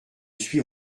suis